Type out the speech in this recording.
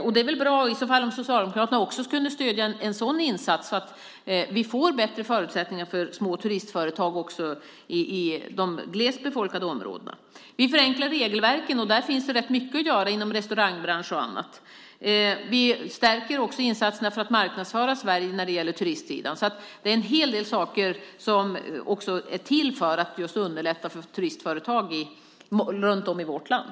Det vore väl bra om även Socialdemokraterna i så fall kunde stödja en sådan insats så att vi fick bättre förutsättningar för små turistföretag också i de glest befolkade områdena. Vi förenklar regelverken, och där finns det rätt mycket att göra inom restaurangbranschen och annat. Vi stärker också insatserna för att marknadsföra Sverige när det gäller turistsidan. Så det är en hel del saker som är till för att underlätta för turistföretag runt om i vårt land.